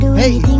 hey